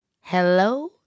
Hello